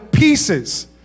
pieces